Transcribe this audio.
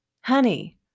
Honey